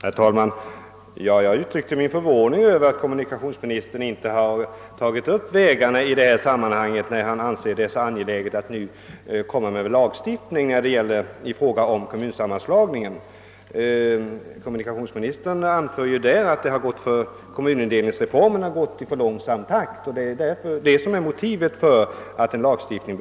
Herr talman! Jag uttrycker min förvåning över att kommunikationsministern inte har tagit upp vägarna i detta sammanhang, när han anser det så angeläget att nu framlägga förslag till lagstiftning i fråga om kommunsammanslagningen. Kommunikationsministern anför ju där att kommunindelningsreformen har gått för långsamt och att detta är motivet för förslaget om lagstiftning.